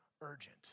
urgent